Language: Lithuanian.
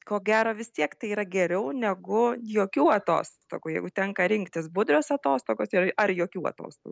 ko gero vis tiek tai yra geriau negu jokių atostogų jeigu tenka rinktis budrios atostogos ir ar jokių atostogų